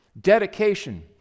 Dedication